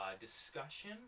discussion